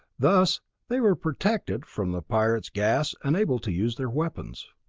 thus they were protected from the pirate's gas and able to use their weapons.